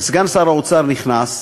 סגן שר האוצר נכנס,